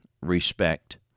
respect